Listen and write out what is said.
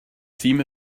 seam